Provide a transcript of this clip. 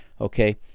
Okay